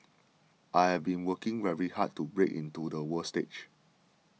I have been working very hard to break into the world stage